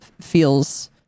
feels